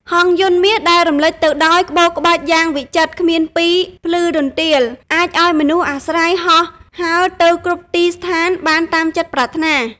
ហង្សយន្តមាសដែលរំលេចទៅដោយក្បូរក្បាច់យ៉ាងវិចិត្រគ្មានពីរ ភ្លឺរន្ទាល អាចឱ្យមនុស្សអាស្រ័យហោះហើរទៅគ្រប់ទីស្ថានបានតាមចិត្តប្រាថ្នា។